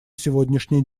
сегодняшний